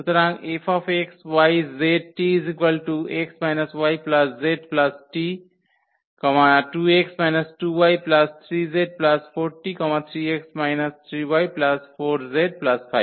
সুতরাং 𝐹 xyzt x yzt 2x 2y3z4t 3x 3y4z5t